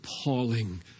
appalling